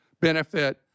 benefit